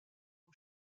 mon